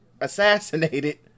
assassinated